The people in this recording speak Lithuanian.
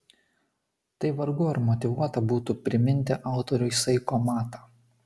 tai vargu ar motyvuota būtų priminti autoriui saiko matą